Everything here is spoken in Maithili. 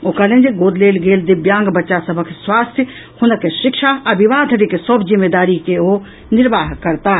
ओ कहलनि जे गोद लेल गेल दिव्यांग बच्चा सभक स्वास्थ्य हुनक शिक्षा आ विवाह धरिक सभ जिम्मेदारी के ओ निर्वाह करताह